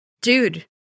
dude